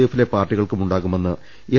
എഫിലെ പാർട്ടികൾക്കും ഉണ്ടാകുമെന്ന് എൽ